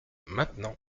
maintenant